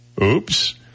Oops